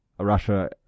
Russia